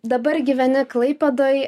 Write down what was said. dabar gyveni klaipėdoj